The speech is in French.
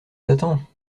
t’attends